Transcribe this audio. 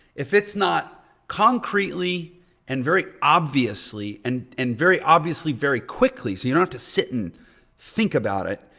if it's not concretely and very obviously, and and very obviously very quickly so you don't have to sit and think about it,